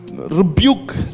Rebuke